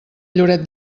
lloret